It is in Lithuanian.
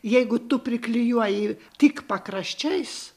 jeigu tu priklijuoji tik pakraščiais